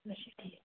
اَچھا ٹھیٖک